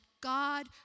God